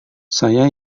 saya